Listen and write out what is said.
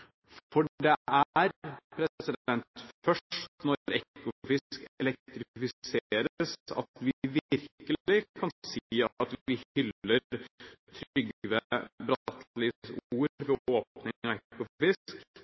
Det er først når Ekofisk elektrifiseres, at vi virkelig kan si at vi hyller Trygve